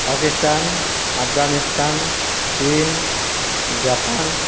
পাকিস্তান আফগানিস্তান চিন জাপান